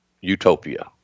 utopia